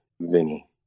Vinny